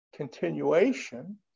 continuation